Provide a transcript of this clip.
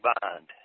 bond